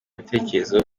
bitekerezo